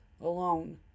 alone